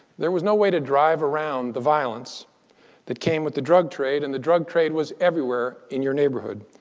there was no way to drive around the violence that came with the drug trade. and the drug trade was everywhere in your neighborhood.